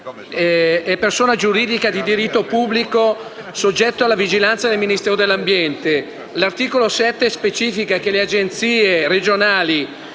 è persona giuridica di diritto pubblico soggetta alla vigilanza del Ministero dell'ambiente e che l'articolo 7 stabilisce che le Agenzie regionali